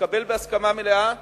שהתקבל בהסכמה מלאה,